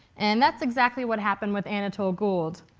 and that's exactly what happened with anatole gould.